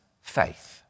faith